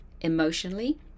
emotionally